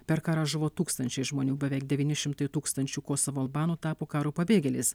per karą žuvo tūkstančiai žmonių beveik devyni šimtai tūkstančių kosovo albanų tapo karo pabėgėliais